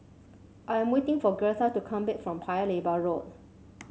I am waiting for Gertha to come back from Paya Lebar Road